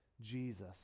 Jesus